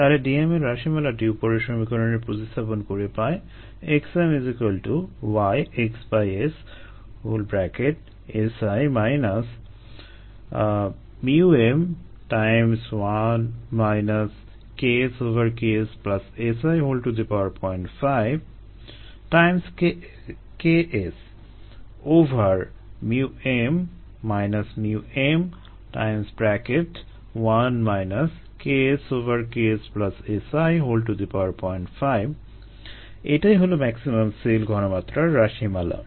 তাহলে Dm এর রাশিমালাটি উপরের সমীকরণে প্রতিস্থাপন করে পাই xmYxS Si m1 KSKSSi05 KSm m1 KSKSSi05 এটাই হলো ম্যাক্সিমাম সেল ঘনমাত্রার রাশিমালা